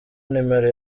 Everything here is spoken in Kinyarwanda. numero